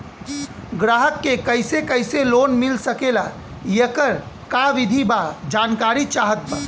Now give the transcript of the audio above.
ग्राहक के कैसे कैसे लोन मिल सकेला येकर का विधि बा जानकारी चाहत बा?